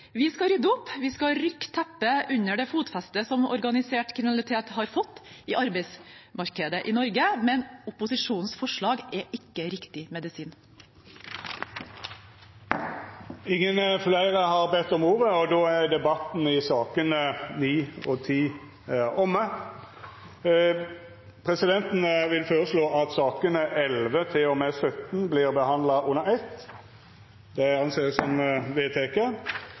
Vi skal rydde opp, vi skal rykke teppet bort under det fotfestet som organisert kriminalitet har fått i arbeidsmarkedet i Norge – men opposisjonens forslag er ikke riktig medisin. Fleire har ikkje bedt om ordet til sakene nr. 9 og 10. Presidenten vil føreslå at sakene nr. 11–17 vert behandla under eitt. – Det er vedteke.